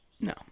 No